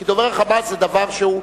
כי דובר ה"חמאס" זה דבר שהוא,